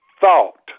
thought